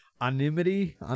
anonymity